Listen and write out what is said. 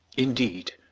indeed,